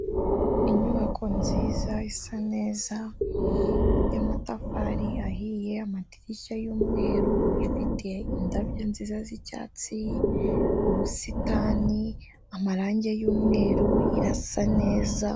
Inyubako nziza isa neza, y'amatafari ahiye, amadirishya y'umweru, ifite indabyo nziza z'icyatsi, ubusitani, amarange y'umweru irasa neza.